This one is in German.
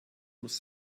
muss